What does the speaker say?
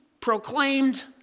proclaimed